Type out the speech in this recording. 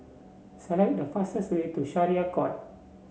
select the fastest way to Syariah Court